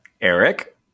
Eric